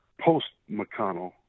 post-McConnell